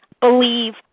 believe